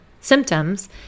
symptoms